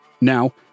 Now